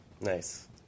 Nice